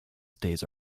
stays